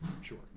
sure